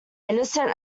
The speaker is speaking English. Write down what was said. innocent